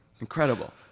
incredible